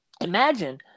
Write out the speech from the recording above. Imagine